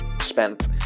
spent